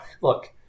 look